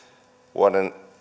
vuoden